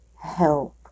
Help